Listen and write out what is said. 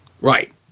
Right